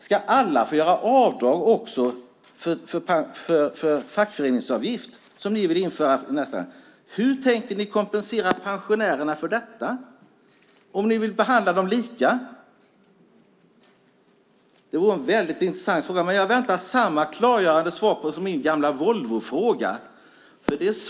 Ska alla få göra avdrag också för fackföreningsavgift? Hur tänkte ni annars kompensera pensionärerna för detta, om ni vill behandla dem lika? Det är en intressant fråga, och jag väntar samma klargörande svar som på min gamla Volvofråga.